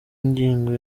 ngingo